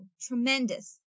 tremendous